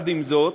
עם זאת,